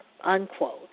unquote